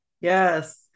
Yes